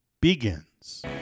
begins